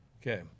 Okay